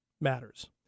matters